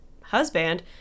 husband